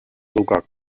sogar